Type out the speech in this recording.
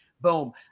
Boom